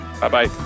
bye-bye